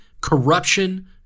Corruption